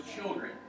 children